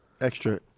extra